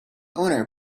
owner